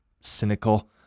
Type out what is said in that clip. cynical